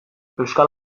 euskal